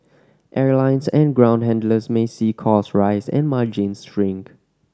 airlines and ground handlers may see costs rise and margins shrink